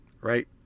right